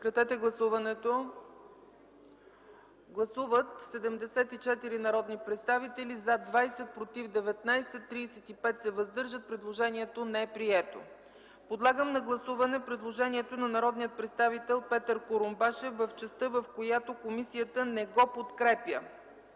подкрепя от комисията. Гласували 74 народни представители: за 20, против 19, въздържали се 35. Предложението не е прието. Подлагам на гласуване предложението на народния представител Петър Курумбашев в частта, в която комисията не го подкрепя.